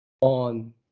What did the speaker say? on